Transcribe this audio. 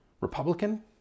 Republican